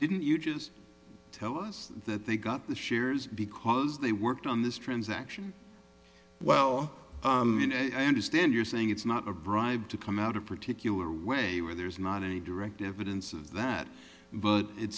didn't you just tell us that they got the shares because they worked on this transaction well i understand you're saying it's not a bribe to come out a particular way where there's not any direct evidence of that but it